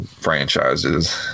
franchises